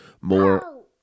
More